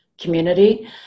community